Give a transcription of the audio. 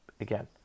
again